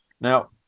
now